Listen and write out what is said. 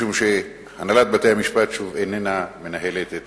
משום שהנהלת בתי-המשפט שוב איננה מנהלת את